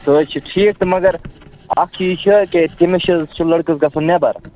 سُہ ہے چھُ ٹھیٖک تہٕ مگر اَکھ چیٖز چھُ کہِ تِمَن چھُ سُہ لٔڑکہٕ گَژھُن نٮ۪بَر